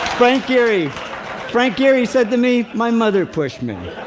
frank gehry frank gehry said to me, my mother pushed me.